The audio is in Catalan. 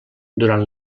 durant